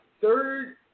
third